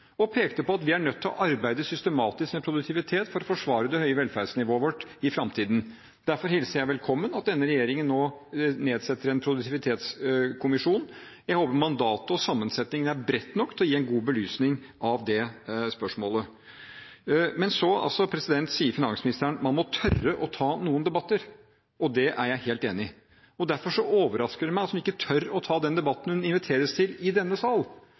og pekte på at vi er nødt til å arbeide systematisk med produktiviteten for å forsvare det høye velferdsnivået vårt i fremtiden. Derfor hilser jeg velkommen at denne regjeringen nå nedsetter en produktivitetskommisjon. Jeg håper mandatet og sammensetningen er bredt nok til å gi en god belysning av det spørsmålet. Men så sier finansministeren at man må tørre å ta noen debatter, og det er jeg helt enig i. Derfor overrasker det meg at hun ikke tør å ta den debatten hun inviteres til i denne sal.